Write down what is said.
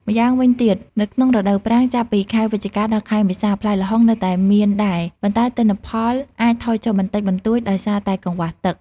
ម្យ៉ាងវិញទៀត នៅក្នុងរដូវប្រាំង ចាប់ពីខែវិច្ឆិកា ដល់ ខែមេសា ផ្លែល្ហុងនៅតែមានដែរ ប៉ុន្តែទិន្នផលអាចថយចុះបន្តិចបន្តួចដោយសារតែកង្វះទឹក។